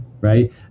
right